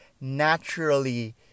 naturally